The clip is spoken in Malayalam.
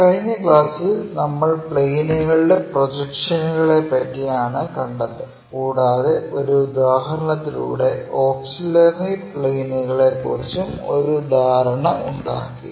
കഴിഞ്ഞ ക്ലാസ്സിൽ നമ്മൾ പ്ലെയിനുകളുടെ പ്രൊജക്ഷനുകളെ പറ്റി ആണ് കണ്ടത് കൂടാതെ ഒരു ഉദാഹരണത്തിലൂടെ ഓക്സിലറി പ്ലെയിനുകളെ കുറിച്ചും ഒരു ധാരണ ഉണ്ടാക്കി